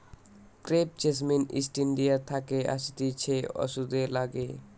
crepe jasmine East India থাকে আসতিছে ওষুধে লাগে